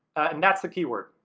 and that's the keyword.